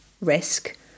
risk